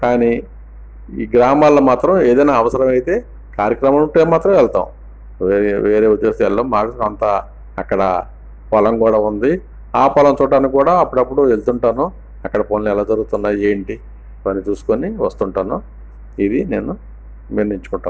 కానీ ఈ గ్రామాల్లో మాత్రం ఏదైనా అవసరం అయితే కార్యక్రమం ఉంటేనే మాత్రం వెళ్తాం వేరే ఉద్దేశాల్లో మాకు అంత అక్కడ పొలం కూడా ఉంది ఆ పొలం చూడటానికి కూడా అప్పుడప్పుడు వెళ్తుంటాను అక్కడ పనులు ఎలా జరుగుతున్నాయి ఏంటి అని చూసుకుని వస్తూ ఉంటాను ఇది నేను నిర్ణయించుకుంటాను